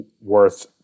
worth